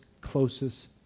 closest